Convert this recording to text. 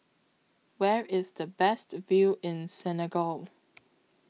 Where IS The Best View in Senegal